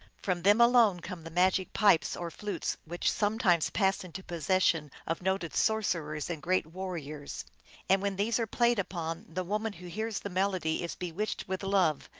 from them alone come the magic pipes or flutes, which sometimes pass into possession of noted sorcerers and great warriors and when these are played upon, the woman who hears the melody is bewitched with love,